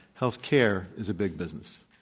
health care is a big business.